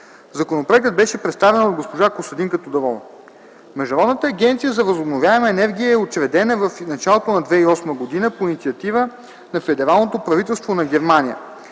Законопроектът беше представен от госпожа Костадинка Тодорова. Международната агенция за възобновяема енергия е учредена в началото на 2008 г. по инициатива на Федералното правителство на Германия.